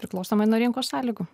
priklausomai nuo rinkos sąlygų